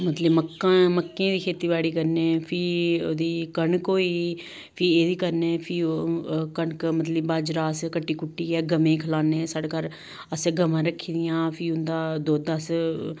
मतलब कि मक्कां मक्कें दी खेतीबाड़ी करने फ्ही ओह्दी कनक होई गेई फ्ही एह्दी करने फ्ही ओह् कनक मतलब कि बाजरा अस कट्टी कुट्टियै गवें गी खलान्ने साढ़े घर असें गवां रक्खी दियां फ्ही उं'दा दुद्ध अस